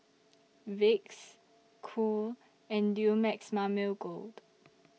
Vicks Cool and Dumex Mamil Gold